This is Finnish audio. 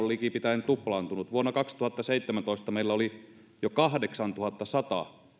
likipitäen tuplaantunut vuonna kaksituhattaseitsemäntoista meillä oli jo kahdeksantuhattasata